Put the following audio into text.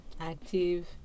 active